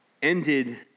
ended